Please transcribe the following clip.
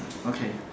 okay